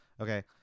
Okay